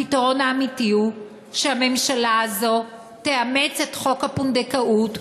הפתרון האמיתי הוא שהממשלה הזאת תאמץ את חוק הפונדקאות,